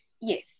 yes